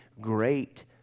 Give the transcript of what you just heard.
great